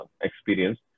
experience